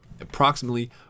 Approximately